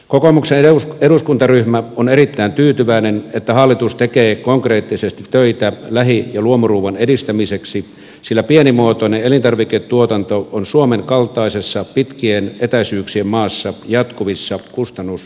kokoomuksen eduskuntaryhmä on erittäin tyytyväinen että hallitus tekee konkreettisesti töitä lähi ja luomuruuan edistämiseksi sillä pienimuotoinen elintarviketuotanto on suomen kaltaisessa pitkien etäisyyksien maassa jatkuvissa kustannusongelmissa